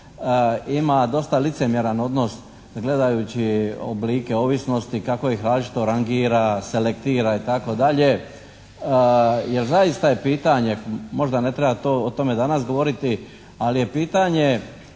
ima dosta licemjeran odnos da gledajući oblike ovisnosti kako ih različito rangira, selektira itd. Jer zaista je pitanje, možda ne treba to o tome danas govoriti, ali je pitanje